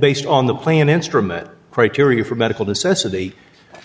based on the play an instrument criteria for medical to ceci